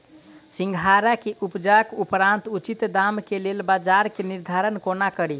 सिंघाड़ा केँ उपजक उपरांत उचित दाम केँ लेल बजार केँ निर्धारण कोना कड़ी?